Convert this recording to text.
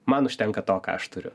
man užtenka to ką aš turiu